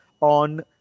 on